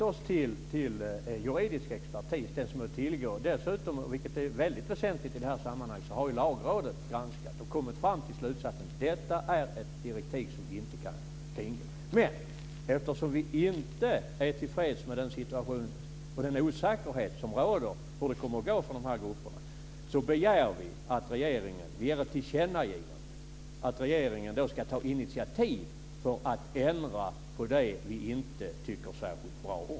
Fru talman! Vi har vänt oss till tillgänglig juridisk expertis. Dessutom, vilket är väldigt väsentligt i det här sammanhanget, har Lagrådet efter granskning kommit fram till slutsatsen att detta är ett direktiv som vi inte kan kringgå. Men eftersom vi inte är till freds med den osäkerhet som råder om hur det kommer att gå för de här grupperna, begär vi att regeringen tillkännager att den ska ta initiativ för att ändra på det som vi inte tycker särskilt bra om.